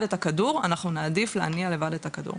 את הכדור אחנו נעדיף להניע לבד את הכדור.